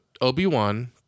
Obi-Wan